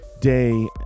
day